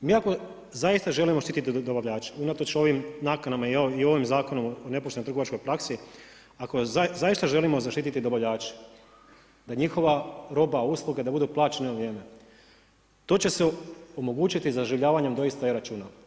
Mi ako zaista želimo štiti dobavljače, unatoč ovim nakanama i ovim Zakonom o nepoštenoj trgovačkoj praksi, ako zaista želimo zaštiti dobavljače da njihova roba, usluge, da budu plaćeni na vrijeme, to će se omogućiti zaživljavanjem doista e-računa.